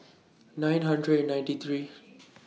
nine hundred and ninety three